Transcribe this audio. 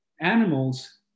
animals